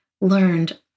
learned